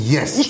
Yes